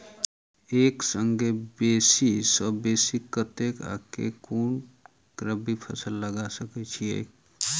एक संगे बेसी सऽ बेसी कतेक आ केँ कुन रबी फसल लगा सकै छियैक?